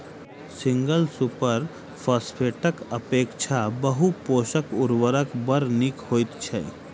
single super फौसफेटक अपेक्षा बहु पोषक उर्वरक बड़ नीक होइत छै